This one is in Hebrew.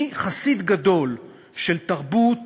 אני חסיד גדול של תרבות